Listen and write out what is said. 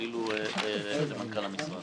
אפילו למנכ"ל המשרד.